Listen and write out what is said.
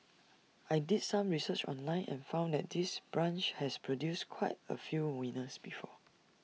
I did some research online and found that this branch has produced quite A few winners before